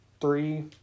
three